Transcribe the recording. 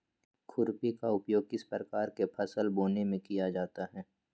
खुरपी का उपयोग किस प्रकार के फसल बोने में किया जाता है?